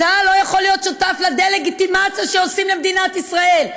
אתה לא יכול להיות שותף לדה-לגיטימציה שעושים למדינת ישראל.